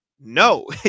No